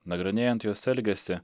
nagrinėjant jos elgesį